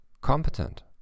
competent